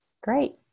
Great